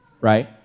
right